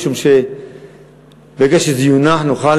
משום שברגע שזה יונח נוכל